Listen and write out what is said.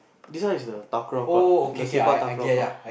this one is the court the court